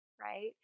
Right